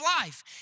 life